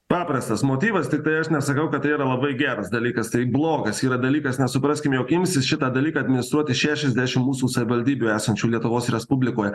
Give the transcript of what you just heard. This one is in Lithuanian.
paprastas motyvas tiktai aš nesakau kad tai yra labai geras dalykas tai blogas yra dalykas nes supraskim jog imsis šitą dalyką administruoti šešiasdešim mūsų savivaldybių esančių lietuvos respublikoje